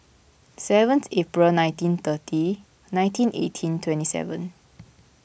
seventh April nineteen thirty nineteen eighteen twenty seven